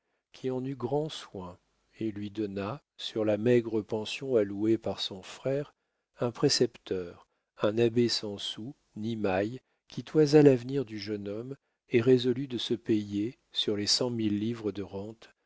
qui en eut grand soin et lui donna sur la maigre pension allouée par son frère un précepteur un abbé sans sou ni maille qui toisa l'avenir du jeune homme et résolut de se payer sur les cent mille livres de rente